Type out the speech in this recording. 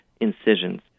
incisions